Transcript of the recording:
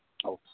okay